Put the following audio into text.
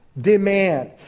demand